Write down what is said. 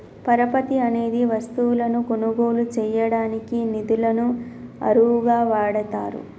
పరపతి అనేది వస్తువులను కొనుగోలు చేయడానికి నిధులను అరువుగా వాడతారు